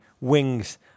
wings